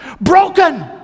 Broken